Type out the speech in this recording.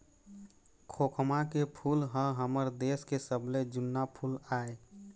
खोखमा के फूल ह हमर देश के सबले जुन्ना फूल आय